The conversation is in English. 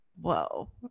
whoa